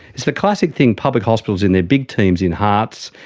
it's the classic thing public hospitals and their big teams in hearts,